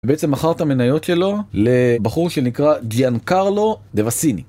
בעצם מחר את המניות שלו לבחור שנקרא ג'יאן קרלו דבסיני.